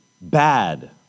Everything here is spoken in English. bad